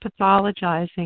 pathologizing